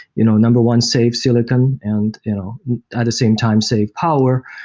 you know number one, save silicon and you know at the same time save power,